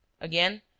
again